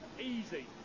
Easy